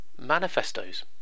Manifestos